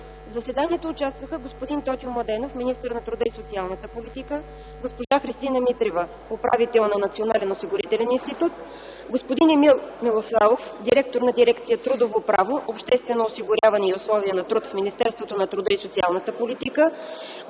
В заседанието участваха: господин Тотю Младенов – министър на труда и социалната политика, госпожа Христина Митрева – управител на Националния осигурителен институт, господин Емил Мирославов – директор на дирекция „Трудово право, обществено осигуряване и условия на труд” в Министерството на труда и социалната политика,